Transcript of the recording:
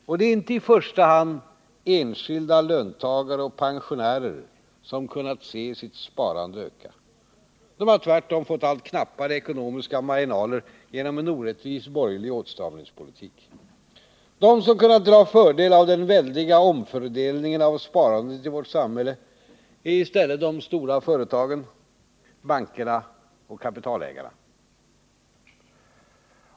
Och det är inte i första hand enskilda löntagare och pensionärer som kunnat se sitt sparande öka. De har tvärtom fått allt knappare ekonomiska marginaler genom en orättvis borgerlig åtstramningspolitik. De som kunnat dra fördel av den väldiga omfördelningen av sparandet i vårt samhälle är i stället de stora företagen, bankerna och kapitalägarna.